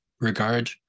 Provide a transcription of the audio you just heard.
regard